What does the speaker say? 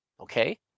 Okay